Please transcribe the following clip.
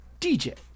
DJ